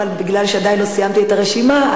אבל מכיוון שעדיין לא סיימתי את הרשימה,